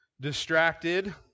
distracted